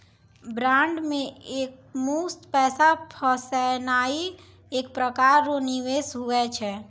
bond मे एकमुस्त पैसा फसैनाइ एक प्रकार रो निवेश हुवै छै